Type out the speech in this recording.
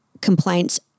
complaints